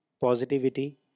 positivity